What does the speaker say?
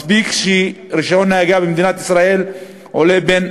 מספיק שרישיון נהיגה במדינת ישראל עולה בין